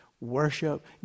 Worship